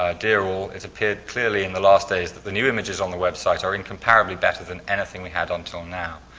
ah dear all, it's appeared clearly in the last days, that the new images on the website are in comparably better than anything we had until now.